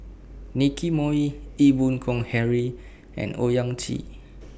Nicky Moey Ee Boon Kong Henry and Owyang Chi